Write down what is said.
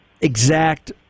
exact